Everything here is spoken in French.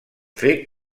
fait